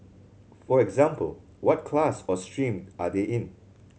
for example what class or stream are they in